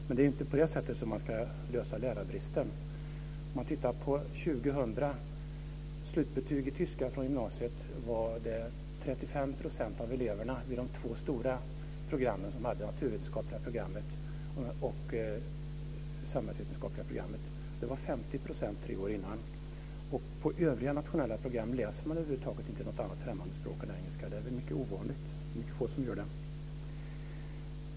Men det är inte på det sättet som man ska lösa problemet med lärarbristen. Slutbetyg i tyska från gymnasiet år 2000 visade att 35 % av eleverna i de stora programmen, det naturvetenskapliga och det samhällsvetenskapliga programmet, hade tyska. Det var 50 % tre år innan. På övriga nationella program läser man över huvud taget inte något annat främmande språk än engelska, eller också är det mycket ovanligt och mycket få som gör det.